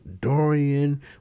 Dorian